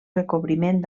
recobriment